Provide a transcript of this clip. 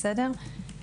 בסדר?